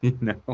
No